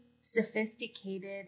sophisticated